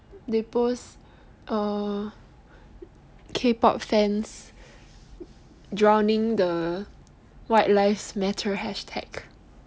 they post uh Kpop fans drowning the white lives matter hashtag